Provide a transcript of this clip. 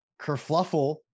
kerfluffle